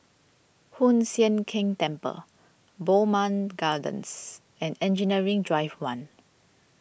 Hoon Sian Keng Temple Bowmont Gardens and Engineering Drive one